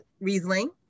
Riesling